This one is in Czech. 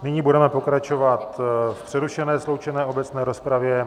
Nyní budeme pokračovat v přerušené sloučené obecné rozpravě.